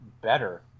better